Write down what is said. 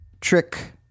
trick